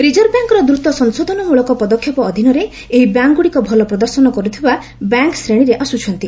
reserve ବ୍ୟାଙ୍କ୍ର ଦ୍ରତ ସଂଶୋଧନ ମୂଳକ ପଦକ୍ଷେପ ଅଧୀନରେ ଏହି ବ୍ୟାଙ୍କ୍ଗୁଡ଼ିକ ଭଲ ପ୍ରଦର୍ଶନ କରୁଥିବା ବ୍ୟାଙ୍କ୍ ଶ୍ରେଣୀରେ ଆସୁଛନ୍ତି